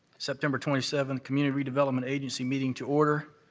september twenty seventh, community redevelopment agency meeting to order.